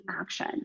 action